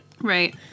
Right